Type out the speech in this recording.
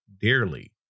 dearly